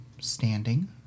standing